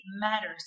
matters